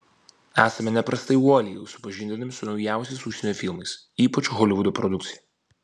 esame neprastai uoliai supažindinami su naujausiais užsienio filmais ypač holivudo produkcija